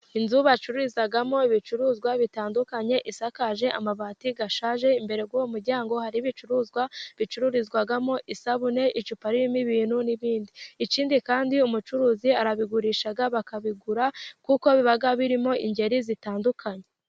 Inzu bacururizamo ibicuruzwa bitandukanye, isakaje amabati ashaje, imbere k'uwo muryango hari ibicuruzwa bicururizwamo, isabune, icupa ririmo ibintu n'ibindi. Ikindi kandi umucuruzi arabigurisha bakabigura, kuko biba birimo ingeri zitandukanye.